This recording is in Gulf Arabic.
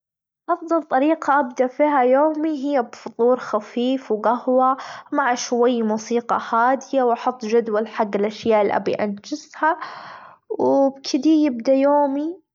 أفضل طريقة أبدء فيها يومي هي فطور خفيف، وجهوة مع شوي موسيقى هادية، وأحط جدول حج الأشياء اللي أبي أنجزها و كدي يبدا يومي.